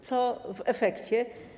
Co w efekcie?